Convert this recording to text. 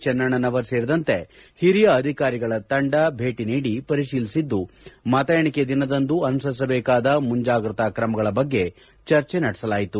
ಚನ್ನಣ್ಣನವರ್ ಸೇರಿದಂತೆ ಹಿರಿಯ ಅಧಿಕಾರಿಗಳ ತಂಡ ಭೇಟಿ ನೀಡಿ ಪರಿಶೀಲಿಸಿದ್ದು ಮತ ಎಣಿಕೆ ದಿನದಂದು ಅನುಸರಿಸಬೇಕಾದ ಮುಂಜಾಗ್ರತಾ ಕ್ರಮಗಳ ಬಗ್ಗೆ ಚರ್ಚೆ ನಡೆಸಲಾಯಿತು